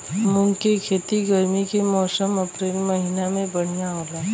मुंग के खेती गर्मी के मौसम अप्रैल महीना में बढ़ियां होला?